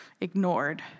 ignored